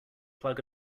plug